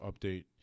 update